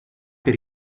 per